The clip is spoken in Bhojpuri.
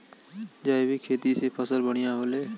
जैविक खेती से फसल बढ़िया होले